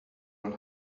will